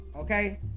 Okay